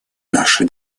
наши